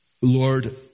Lord